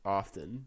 often